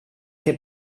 que